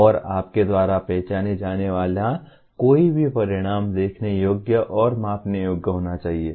और आपके द्वारा पहचाने जाने वाला कोई भी परिणाम देखने योग्य और मापने योग्य होना चाहिए